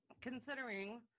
considering